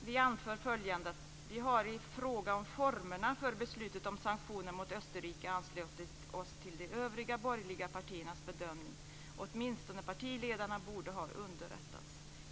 Vi anför följande: Vi har i fråga om formerna för beslutet om sanktioner mot Österrike anslutit oss till de övriga borgerliga partiernas bedömning. Åtminstone partiledarna borde ha underrättats.